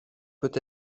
peut